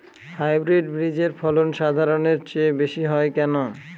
Hybrid বীজের ফলন সাধারণের চেয়ে বেশী হয় কেনো?